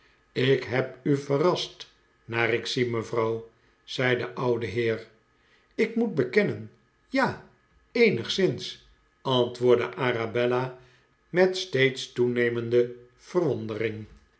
ik heb u verrast naar ik zie mevrouw zei de oude heer lk moet bekennen ja eenigszins antwoordde arabella met steeds toenemende verwondering